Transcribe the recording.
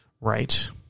Right